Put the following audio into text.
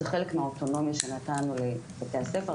זה חלק מהאוטונומיה שנתנו לבתי הספר,